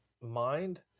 mind